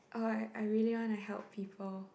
oh I I really want to help people